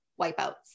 wipeouts